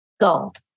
Gold